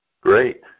Great